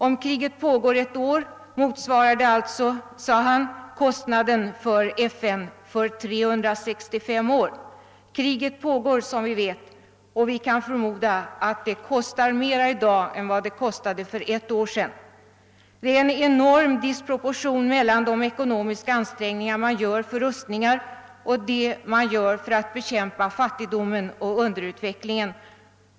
Om kriget pågår ett år motsvarar det alltså, sade han, kostnaderna för FN under 365 år. Kriget pågår som vi vet, och vi kan förmoda att det i dag kostar mer än det kostade för ett år sedan. Det är en enorm disproportion mellan de ekonomiska ansträngningar som man gör för upprustningar och de som man gör för att bekämpa fattigdomen och underutvecklingen.